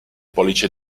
pollice